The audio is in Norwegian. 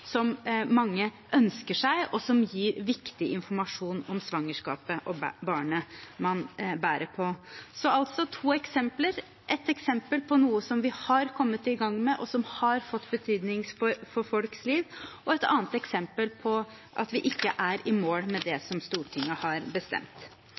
som mange ønsker seg, og som gir viktig informasjon om svangerskapet og barnet man bærer på. Det var altså to eksempler: et eksempel på noe vi har kommet i gang med, og som har fått betydning for folks liv, og et eksempel på at vi ikke er i mål med det